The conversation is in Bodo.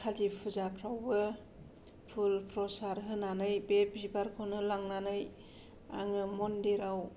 खालि फुजाफ्रावबो फुल फ्रसाद होनानै बे बिबारखौनो लांनानै आङो मन्दिराव